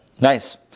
Nice